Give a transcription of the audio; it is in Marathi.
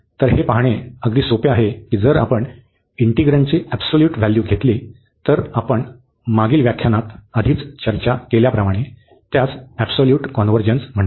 तर हे पाहणे अगदी सोपे आहे की जर आपण इंटिग्रण्डचे ऍब्सल्यूट व्हॅल्यू घेतले तर आपण मागील व्याख्यानात आधीच चर्चा केल्याप्रमाणे त्यास ऍब्सल्यूट कॉन्व्हर्जन्स म्हणतात